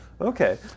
Okay